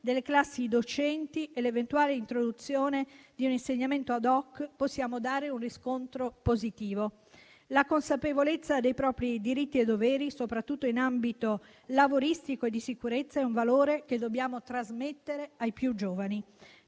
delle classi docenti e l'eventuale introduzione di un insegnamento *ad hoc*. La consapevolezza dei propri diritti e doveri, soprattutto in ambito lavoristico e di sicurezza, è un valore che dobbiamo trasmettere ai più giovani.